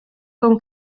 con